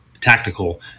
tactical